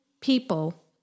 people